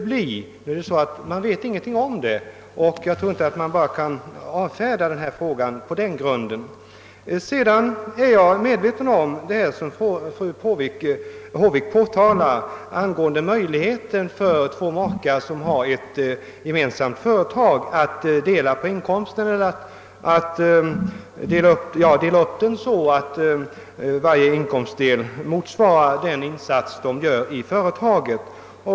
Men eftersom man inte kan veta någonting om detta, tror jag inte att man skall avfärda frågan bara på den grunden. Jag är medveten om den av fru Håvik påpekade möjligheten för två makar som har gemensamt företag att dela upp inkomsten, så att varje inkomstdel motsvarar den insats respektive make gör i företaget.